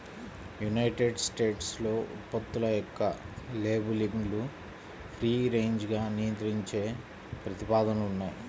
United స్టేట్స్లో ఉత్పత్తుల యొక్క లేబులింగ్ను ఫ్రీ రేంజ్గా నియంత్రించే ప్రతిపాదనలు ఉన్నాయి